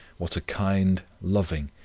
what a kind, loving,